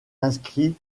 inscrits